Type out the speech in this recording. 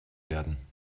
werden